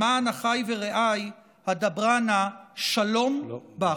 למען אחַי ורעָי אדברה נא שלום בך".